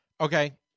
Okay